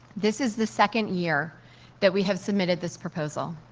this is the second year that we have submitted this proposal.